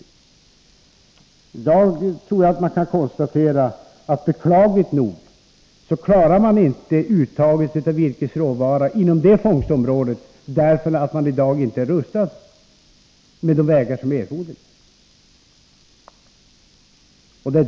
I dag tror jag vi kan konstatera att man beklagligt nog inte klarar uttaget av virkesråvara inom det här området därför att man inte har de vägar som erfordras.